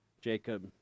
Jacob